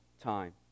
time